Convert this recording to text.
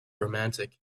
romantic